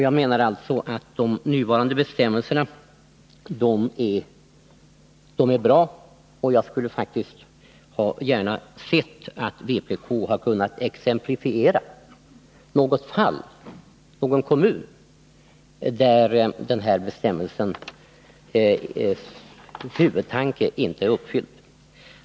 Jag menar att de nuvarande bestämmelserna är bra, och jag skulle faktiskt gärna ha sett att vpk hade kunnat exemplifiera med något fall, någon kommun, där den här bestämmelsens huvudtanke inte är uppfylld.